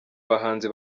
bahanzi